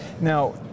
Now